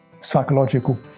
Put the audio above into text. psychological